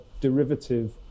derivative